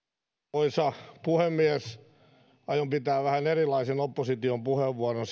arvoisa puhemies aion pitää vähän erilaisen oppositiopuheenvuoron